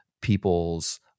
people's